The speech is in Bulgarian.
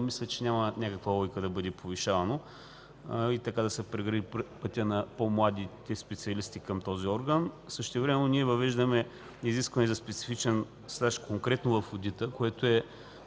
Мисля, че няма логика да бъде повишавано и така да се прегради пътя на по-младите специалисти към този орган. Същевременно ние въвеждаме изискване за специфичен стаж конкретно в одита, което